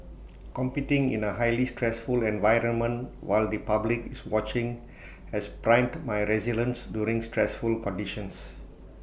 competing in A highly stressful environment while the public is watching has primed my resilience during stressful conditions